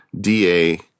DA